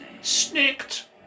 Snicked